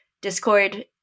Discord